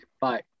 bye